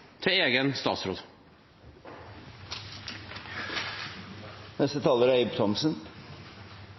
til egen statsråd?